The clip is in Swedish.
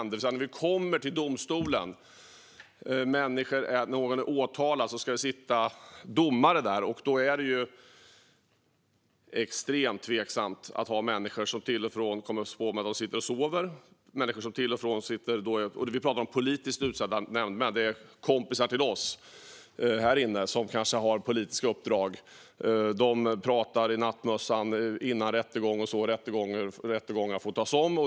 När en människa åtalas och kommer till domstolen ska det sitta domare där. Det är extremt tveksamt att ha människor där - politiskt utsedda nämndemän som kanske har politiska uppdrag, det vill säga kompisar till oss här inne - som man till och från kommer på med att sitta och sova och som till och från pratar i nattmössan före rättegång så att rättegångar måste tas om.